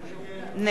עתניאל שנלר,